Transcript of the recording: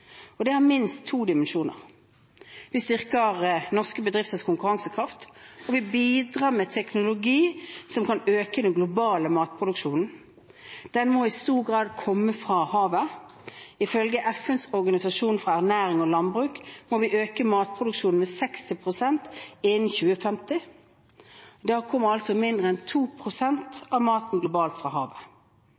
teknologi. Dette har minst to dimensjoner. Vi styrker norske bedrifters konkurransekraft, og vi bidrar med teknologi som kan øke den globale matproduksjonen. Den må i stor grad komme fra havet. Ifølge FNs organisasjon for ernæring og landbruk må vi øke matproduksjonen med 60 pst. innen 2050. I dag kommer altså mindre enn 2 pst. av maten globalt fra havet.